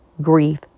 grief